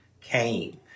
came